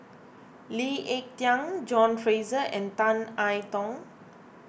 Lee Ek Tieng John Fraser and Tan I Tong